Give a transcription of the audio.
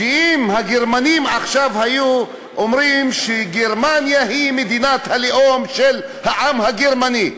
אם הגרמנים עכשיו היו אומרים שגרמניה היא מדינת הלאום של העם הגרמני,